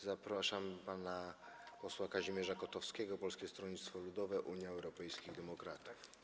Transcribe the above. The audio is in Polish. Zapraszam pana posła Kazimierza Kotowskiego, Polskie Stronnictwo Ludowe - Unia Europejskich Demokratów.